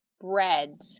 bread